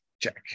Check